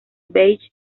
beige